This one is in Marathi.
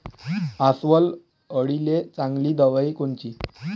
अस्वल अळीले चांगली दवाई कोनची?